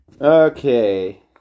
Okay